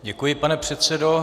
Děkuji, pane předsedo.